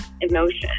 emotion